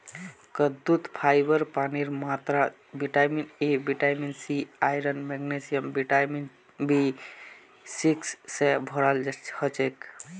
कद्दूत फाइबर पानीर मात्रा vitamin A vitamin C iron magnesium vitamin B six स भोराल हछेक